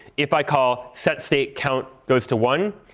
if i call setstate, count goes to one.